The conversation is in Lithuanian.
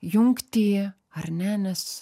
jungtį ar ne nes